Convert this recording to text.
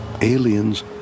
Aliens